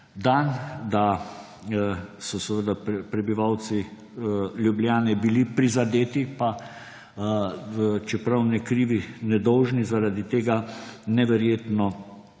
dan, da so seveda prebivalci Ljubljane bili prizadeti, pa čeprav ne krivi ne dolžni zaradi tega neverjetno